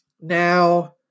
Now